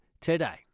today